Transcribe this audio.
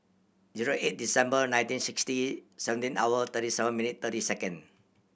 zero eight Deceber nineteen sixty seventeen hour thirty seven minute thirty second